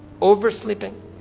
Oversleeping